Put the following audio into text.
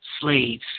slaves